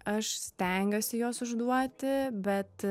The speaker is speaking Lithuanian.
aš stengiuosi juos užduoti bet